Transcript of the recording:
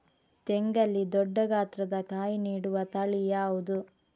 ತೆಂಗಲ್ಲಿ ದೊಡ್ಡ ಗಾತ್ರದ ಕಾಯಿ ನೀಡುವ ತಳಿ ಯಾವುದು?